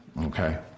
okay